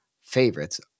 favorites